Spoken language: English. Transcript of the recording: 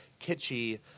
kitschy